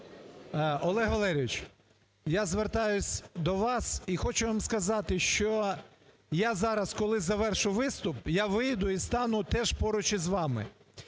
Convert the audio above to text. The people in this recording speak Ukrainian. Олег Валерійович, я звертаюся до вас, і хочу вам сказати, що я зараз, коли завершу виступ, я вийду і стану теж поруч із вами.